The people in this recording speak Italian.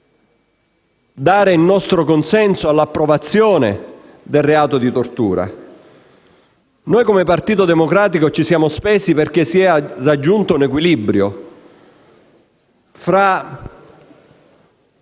dare il nostro consenso all'introduzione del reato di tortura. Noi, come Partito Democratico, ci siamo spesi perché fosse raggiunto un equilibrio tra